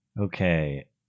Okay